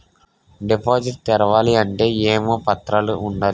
Deposit తెరవాలి అంటే ఏమేం పత్రాలు ఉండాలి?